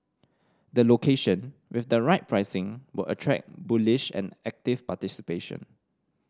the location with the right pricing will attract bullish and active participation